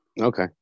Okay